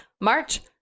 march